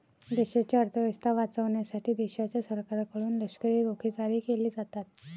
देशाची अर्थ व्यवस्था वाचवण्यासाठी देशाच्या सरकारकडून लष्करी रोखे जारी केले जातात